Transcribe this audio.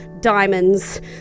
diamonds